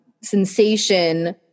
sensation